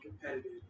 competitive